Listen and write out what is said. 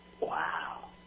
Wow